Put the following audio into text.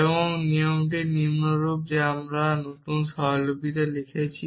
এবং নিয়মটি নিম্নরূপ আবার আমি এই নতুন স্বরলিপিতে লিখছি